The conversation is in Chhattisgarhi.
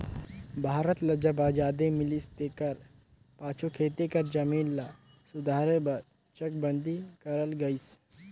भारत ल जब अजादी मिलिस तेकर पाछू खेती कर जमीन ल सुधारे बर चकबंदी करल गइस